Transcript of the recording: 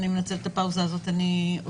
אני מנצלת את הפאוזה הזאת, אני עוזבת.